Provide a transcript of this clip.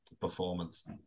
performance